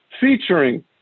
featuring